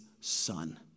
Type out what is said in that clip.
son